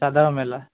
সাধাৰু মেলা